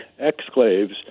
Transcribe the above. exclaves